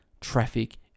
traffic